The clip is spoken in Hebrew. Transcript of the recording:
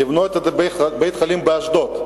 לבנות בית-חולים באשדוד.